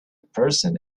person